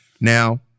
Now